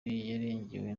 yarengewe